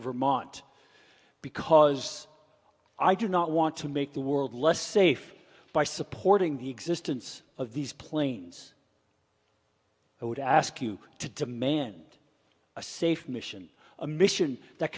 vermont because i do not want to make the world less safe by supporting the existence of these planes i would ask you to demand a safe mission a mission that